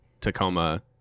Tacoma